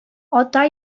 ата